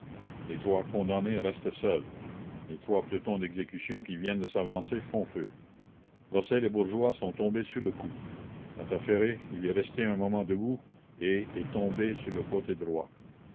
les trois condamnés restent seuls les trois pelotons d'exécution qui viennent de s'avancer font feu rossel et bourgeois sont tombés sur le coup quant à ferré il est resté un moment debout et est tombé sur le côté droit